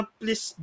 please